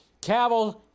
Cavill